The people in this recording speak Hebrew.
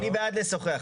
אני בעד לשוחח,